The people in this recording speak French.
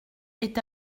est